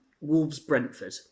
Wolves-Brentford